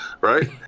right